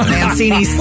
Mancini